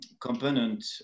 component